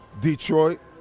Detroit